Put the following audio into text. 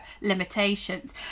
limitations